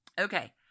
Okay